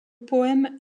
poème